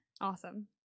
Awesome